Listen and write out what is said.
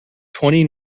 twenty